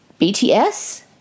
BTS